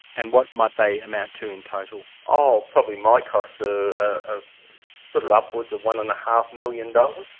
and what might they amount to in total? oh, probably my costs are ah ah sort of upwards of one and a half million dollars.